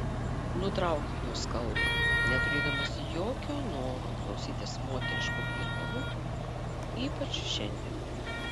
nutraukiu jos kalbą neturėdamas jokio noro klausytis moteriškų plepalų ypač šiandien